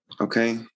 Okay